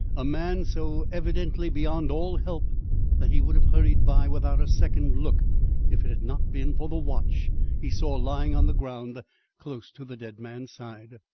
a man so evidently beyond all help that he would have hurried by without a second look if it had not been for the watch he saw lying on the ground close to the dead man's side.